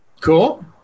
Cool